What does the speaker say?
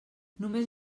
només